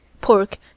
pork